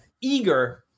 eager